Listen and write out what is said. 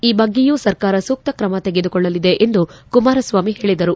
ಈ ಬಗ್ಗೆಯೂ ಸರ್ಕಾರ ಸೂಕ್ತ ಕ್ರಮ ತೆಗೆದುಕೊಳ್ಳಲಿದೆ ಎಂದು ಕುಮಾರಸ್ವಾಮಿ ಹೇಳಿದರು